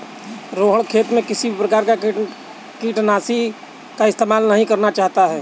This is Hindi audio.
रोहण खेत में किसी भी प्रकार के कीटनाशी का इस्तेमाल नहीं करना चाहता है